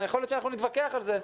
ויכול להיות שנתווכח על זה.